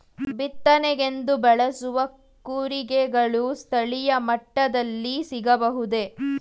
ಬಿತ್ತನೆಗೆಂದು ಬಳಸುವ ಕೂರಿಗೆಗಳು ಸ್ಥಳೀಯ ಮಟ್ಟದಲ್ಲಿ ಸಿಗಬಹುದೇ?